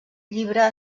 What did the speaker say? llibre